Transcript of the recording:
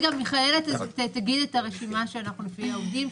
מיכאלה תגיד את הרשימה שלפיה אנחנו עובדים,